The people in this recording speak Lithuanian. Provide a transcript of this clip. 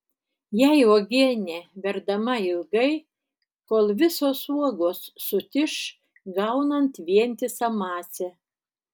jei uogienė verdama ilgai kol visos uogos sutiš gaunant vientisą masę